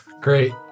Great